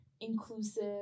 inclusive